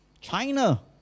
China